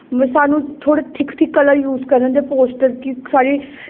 ब सानूं थोड़े थिक्क थिक्क कलर यूज करन ते पोस्टर गी साढ़े